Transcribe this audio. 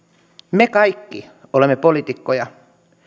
me kaikki olemme poliitikkoja